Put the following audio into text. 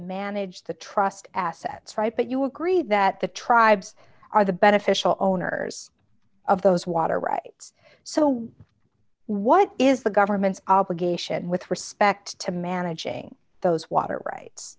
manage the trust assets right but you agree that the tribes are the beneficial owners of those water rights so what is the government's obligation with respect to managing those water right